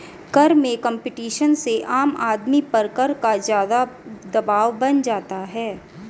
कर में कम्पटीशन से आम आदमी पर कर का ज़्यादा दवाब बन जाता है